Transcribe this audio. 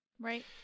right